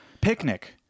Picnic